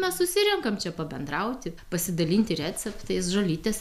mes susirenkam čia pabendrauti pasidalinti receptais žolytės